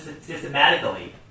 systematically